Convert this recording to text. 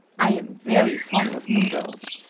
i am very fond of noodles.